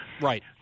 Right